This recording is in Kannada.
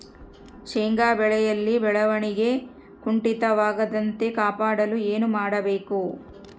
ಶೇಂಗಾ ಬೆಳೆಯಲ್ಲಿ ಬೆಳವಣಿಗೆ ಕುಂಠಿತವಾಗದಂತೆ ಕಾಪಾಡಲು ಏನು ಮಾಡಬೇಕು?